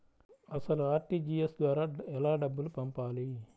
అసలు అర్.టీ.జీ.ఎస్ ద్వారా ఎలా డబ్బులు పంపాలి?